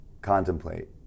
contemplate